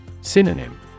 Synonym